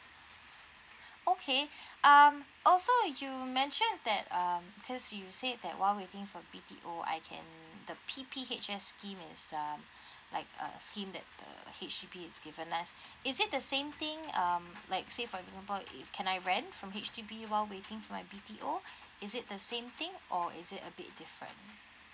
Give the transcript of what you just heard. okay um also you mentioned that um cause you say that while waiting for B_T_O I can the P_P_H_S scheme is um like a scheme that uh H_D_B has given us is it the same thing um like say for example it can I rent from H_D_B while waiting for my B_T_O is it the same thing or is it a bit different